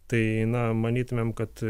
tai na manytumėm kad